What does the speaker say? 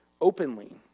openly